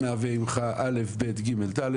אנא הבא עמך א' ב' ג' ד',